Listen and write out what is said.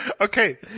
okay